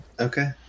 okay